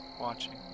Watching